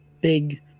big